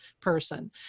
person